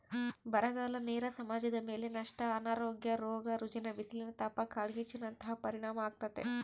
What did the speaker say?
ಬರಗಾಲ ನೇರ ಸಮಾಜದಮೇಲೆ ನಷ್ಟ ಅನಾರೋಗ್ಯ ರೋಗ ರುಜಿನ ಬಿಸಿಲಿನತಾಪ ಕಾಡ್ಗಿಚ್ಚು ನಂತಹ ಪರಿಣಾಮಾಗ್ತತೆ